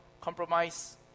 compromise